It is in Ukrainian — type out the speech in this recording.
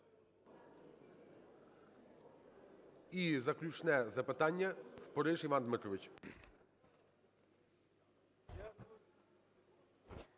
І заключне запитання – Спориш Іван Дмитрович.